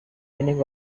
meaning